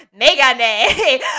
Megane